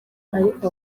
ariko